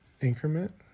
increment